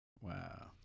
Wow